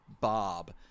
bob